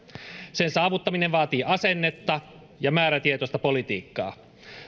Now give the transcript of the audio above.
sen saavuttaminen vaatii asennetta ja määrätietoista politiikkaa